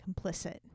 complicit